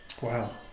Wow